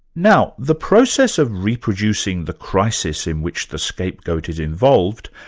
now the process of reproducing the crisis in which the scapegoat is involved,